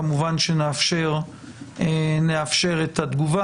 כמובן נאפשר את התגובה.